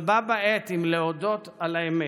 אבל בה בעת, אם להודות על האמת,